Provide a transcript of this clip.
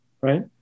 right